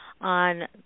on